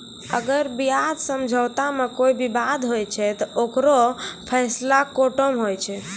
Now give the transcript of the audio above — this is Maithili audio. अगर ब्याज समझौता मे कोई बिबाद होय छै ते ओकरो फैसला कोटो मे हुवै छै